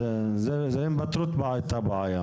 אז הם פתרו את הבעיה.